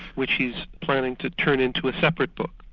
which he's planning to turn into a separate book.